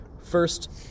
First